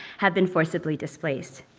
have been forcibly displaced.